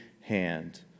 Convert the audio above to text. hand